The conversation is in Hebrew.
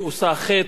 היא עושה חטא,